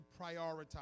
prioritize